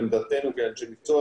אבל עמדתנו כרגע כאנשי מקצוע